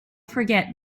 forget